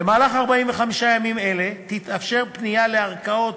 במהלך 45 ימים אלה תתאפשר פנייה לערכאות